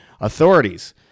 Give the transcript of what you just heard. authorities